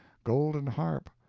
golden harp,